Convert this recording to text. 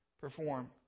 perform